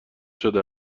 شده